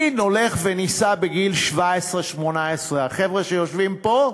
מי הולך ונישא בגיל 17, 18, החבר'ה שיושבים פה?